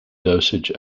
dosage